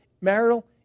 marital